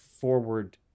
forward